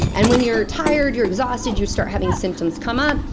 and when you're tired, you're exhausted, you start having symptoms come up,